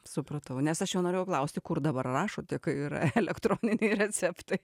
supratau nes aš jau norėjau klausti kur dabar rašote jai yra elektroniniai receptai